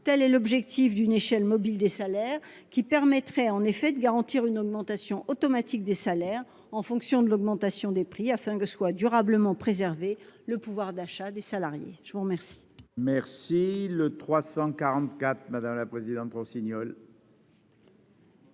Le rétablissement d'une échelle mobile des salaires permettrait de garantir une augmentation automatique de ceux-ci en fonction de l'augmentation des prix, afin que soit durablement préservé le pouvoir d'achat des salariés. L'amendement